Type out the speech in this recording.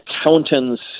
accountants